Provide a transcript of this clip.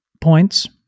points